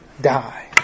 die